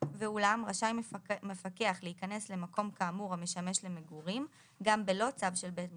ואולם רשאי מפקח להיכנס למקום כאמור המשמש למגורים גם בלא צו של בית משפט,